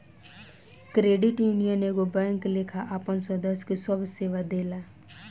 credit union एगो bank लेखा आपन सदस्य के सभ सेवा देला